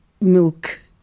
milk